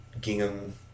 gingham